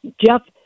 Jeff